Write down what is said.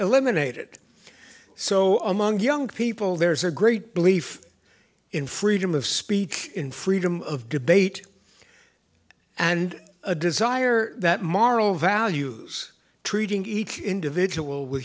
eliminated so among young people there's a great belief in freedom of speech in freedom of debate and a desire that moral values treating each individual w